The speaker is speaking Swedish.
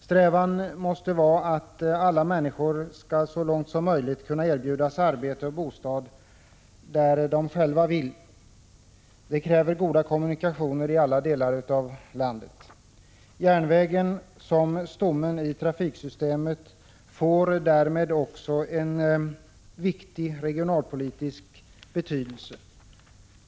Strävan måste vara att alla människor så långt som möjligt skall kunna erbjudas arbete och bostad där de själva vill ha detta. Det kräver goda kommunikationer i alla delar av landet. Järnvägen som stommen i trafiksystemet får därmed också en viktig regionalpolitisk betydelse.